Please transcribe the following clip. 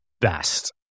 best